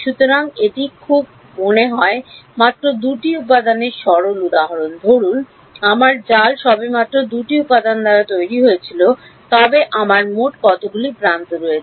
সুতরাং এটি খুব মনে হয় মাত্র 2 টি উপাদানের সরল উদাহরণ ধরুন আমার জাল সবেমাত্র 2 টি উপাদান দ্বারা তৈরি হয়েছিল তবে আমার মোট কতটি প্রান্ত রয়েছে